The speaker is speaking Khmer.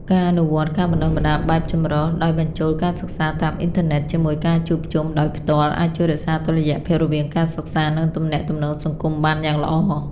ការអនុវត្ត ការបណ្តុះបណ្តាលបែបចម្រុះ ដោយបញ្ចូលការសិក្សាតាមអ៊ីនធឺណិតជាមួយការជួបជុំដោយផ្ទាល់ អាចជួយរក្សាតុល្យភាពរវាងការសិក្សា និងទំនាក់ទំនងសង្គមបានយ៉ាងល្អ។